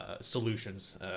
solutions